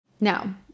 Now